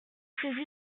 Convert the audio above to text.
saisi